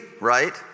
right